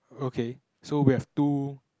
okay so we have two